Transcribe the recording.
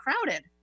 crowded